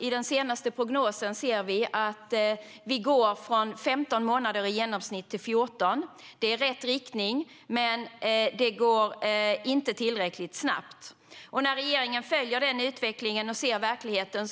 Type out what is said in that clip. I den senaste prognosen ser vi att vi går från i genomsnitt 15 månader till 14. Det är rätt riktning, men det går inte tillräckligt snabbt. Regeringen följer den utvecklingen och ser verkligheten.